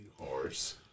Horse